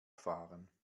fahren